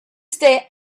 stay